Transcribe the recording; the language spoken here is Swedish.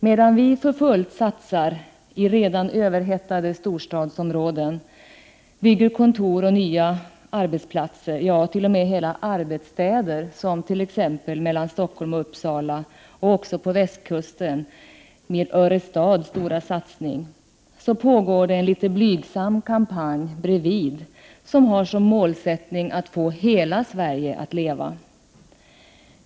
Medan vi för fullt satsar i redan överhettade storstadsområden, bygger kontor och nya, stora arbetsplatser — ja, t.o.m. hela arbetsstäder som mellan Stockholm och Uppsala och den stora Örestadssatsningen på västkusten — pågår det en litet blygsam kampanj bredvid, som har som målsättning att få hela Sverige att leva.